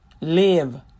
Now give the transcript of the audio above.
Live